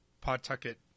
Pawtucket